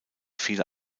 viele